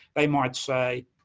they might say,